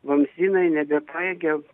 vamzdynai nebepajėgia